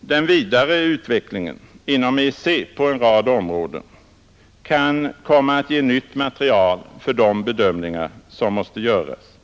den vidare utvecklingen inom EEC på en rad områden kan komma att ge nytt material för de bedömningar som måste göras.